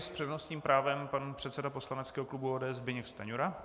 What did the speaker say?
S přednostním právem pan předseda poslaneckého klubu ODS Zbyněk Stanjura.